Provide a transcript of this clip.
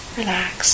Relax